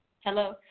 Hello